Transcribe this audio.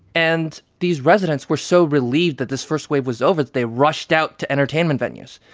and these residents were so relieved that this first wave was over that they rushed out to entertainment venues.